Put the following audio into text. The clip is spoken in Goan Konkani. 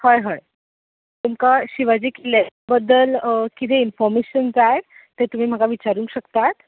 हय हय तुमकां शिवाजी किल्ल्या बद्दल किदें इनफोरमेशन जाय ते तुमी म्हाका विचारूं शकतात